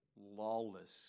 lawless